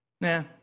Nah